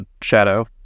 Shadow